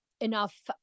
enough